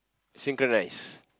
synchronised